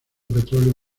petróleo